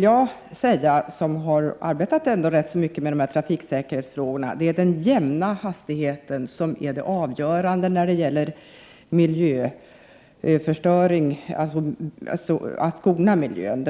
Jag har arbetat rätt mycket med dessa trafiksäkerhetsfrågor. Det är den jämna hastigheten som är avgörande när det gäller att skona miljön.